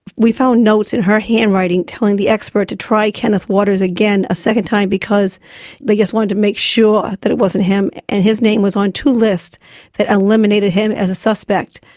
we found notes in her handwriting telling the expert to try kenneth waters again, a second time, because they just wanted to make sure that it wasn't him, and his name was on two lists that eliminated him as a suspect,